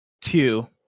Two